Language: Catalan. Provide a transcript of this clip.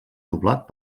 doblat